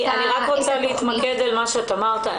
אני רק רוצה להתמקד במה שאת אמרת,